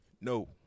No